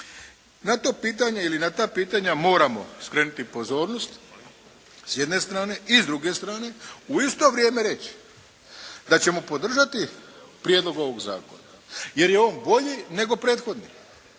Na to pitanje ili na ta pitanja moramo skrenuti pozornost s jedne strane. I s druge strane u isto vrijeme reći da ćemo podržati prijedlog ovog zakona jer je on bolji nego prethodni.